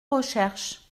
recherche